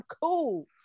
cool